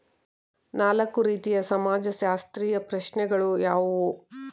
ನಾಲ್ಕು ರೀತಿಯ ಸಮಾಜಶಾಸ್ತ್ರೀಯ ಪ್ರಶ್ನೆಗಳು ಯಾವುವು?